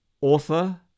author